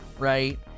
right